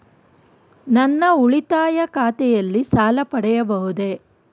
ನನ್ನ ಉಳಿತಾಯ ಖಾತೆಯಲ್ಲಿ ಸಾಲ ಪಡೆಯಬಹುದೇ?